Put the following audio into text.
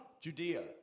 Judea